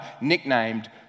nicknamed